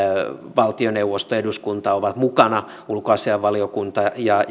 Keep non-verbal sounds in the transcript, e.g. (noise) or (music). valtioneuvosto eduskunta ovat mukana ulkoasiainvaliokunta ja (unintelligible)